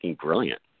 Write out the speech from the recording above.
brilliant